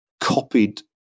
copied